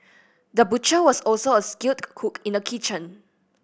the butcher was also a skilled cook in the kitchen